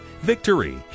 Victory